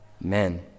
men